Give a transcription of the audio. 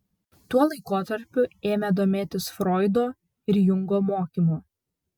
tuo laikotarpiu ėmė domėtis froido ir jungo mokymu